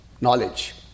knowledge